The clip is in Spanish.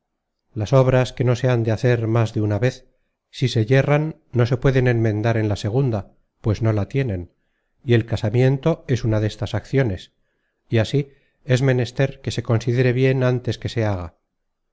las obras que no se han de hacer más de una vez si se yerran no se pueden enmendar en la segunda pues no la tienen y el casamiento es una destas acciones y así es menester que se considere bien antes que se